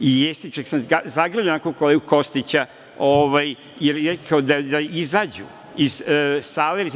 Jeste, čak sam zagrlio kolegu Kostića i rekao da izađu iz sale.